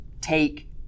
Take